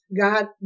God